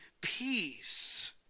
peace